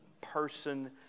person